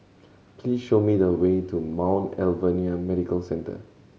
please show me the way to Mount Alvernia Medical Centre